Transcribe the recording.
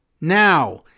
now